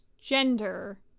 gender